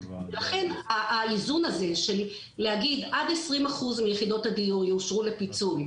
לכן האיזון הזה של להגיד עד 20% יחידות הדיור אושרו לפיצול.